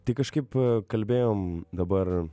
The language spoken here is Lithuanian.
tai kažkaip kalbėjom dabar